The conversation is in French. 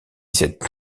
cette